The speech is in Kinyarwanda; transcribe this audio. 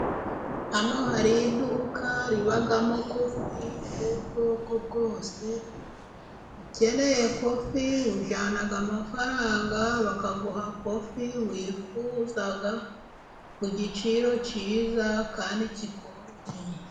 Hano hari iduka ribamo kofi y'ubwoko bwose. Ukeneye kofi ujyana amafaranga, bakaguha kofi wifuza ku giciro cyiza kandi kikoroheye.